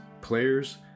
Players